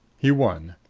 he won.